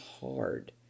hard